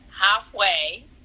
Halfway